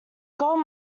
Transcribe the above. gold